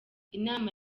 inama